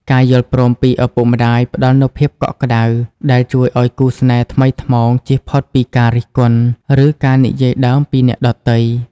ការយល់ព្រមពីឪពុកម្ដាយផ្ដល់នូវភាពកក់ក្ដៅ ដែលជួយឱ្យគូស្នេហ៍ថ្មីថ្មោងចៀសផុតពីការរិះគន់ ឬការនិយាយដើមពីអ្នកដទៃ។